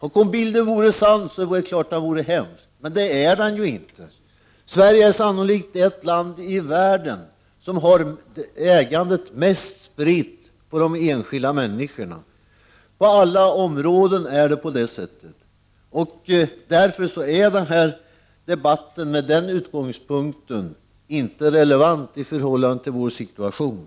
Om bilden vore sann vore det självfallet hemskt, men det är den inte. Sverige är sannolikt det land i världen som har ägandet mest spritt på de enskilda människorna — så är det på alla områden. Med den utgångspunkten är denna debatt inte relevant i förhållande till vår situation.